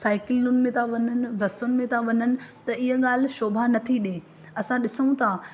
साईकलुनि में था वञनि बसुनि में था वञनि त इहा ॻाल्हि शोभा नथी ॾिए असां ॾिसूं था